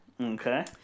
Okay